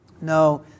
No